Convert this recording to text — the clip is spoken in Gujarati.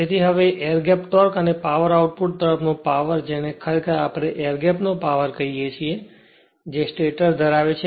તેથી હવે એર ગેપ ટોર્ક અને પાવર આઉટપુટ તરફનો પાવર જેને ખરેખર આપણે એર ગેપ નો પાવર કહીએ છીએ જે સ્ટેટર ધરાવે છે